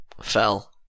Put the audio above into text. fell